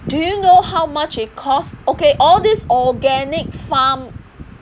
do you know how much it cost okay all these organic farm